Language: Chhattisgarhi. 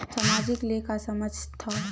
सामाजिक ले का समझ थाव?